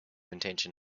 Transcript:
intention